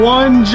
one